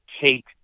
take